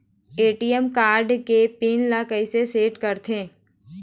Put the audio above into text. ATM card के PIN ला कैसे सेट करथे?